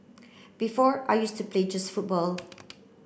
before I used to play just football